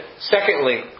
Secondly